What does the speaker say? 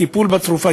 הטיפול בתרופה.